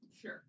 sure